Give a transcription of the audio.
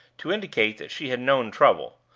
to indicate that she had known trouble,